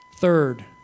Third